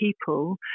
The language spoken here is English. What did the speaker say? people